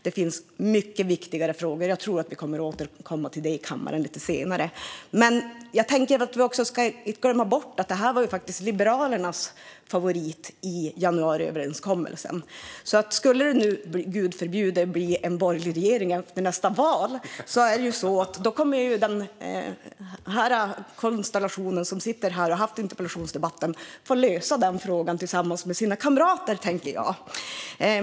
Det finns mycket viktigare frågor, och jag tror att vi kommer att återkomma till dem i kammaren senare. Vi ska inte glömma bort att det här var Liberalernas favorit i januariöverenskommelsen. Om det - gud förbjude - blir en borgerlig regering efter nästa val kommer den konstellation som sitter här och har tagit interpellationsdebatten att få lösa frågan tillsammans med sina kamrater, tänker jag.